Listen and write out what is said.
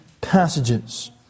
passages